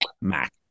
Mac